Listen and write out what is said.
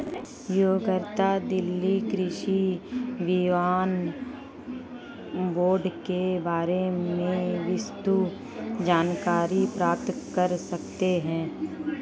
उपयोगकर्ता दिल्ली कृषि विपणन बोर्ड के बारे में विस्तृत जानकारी प्राप्त कर सकते है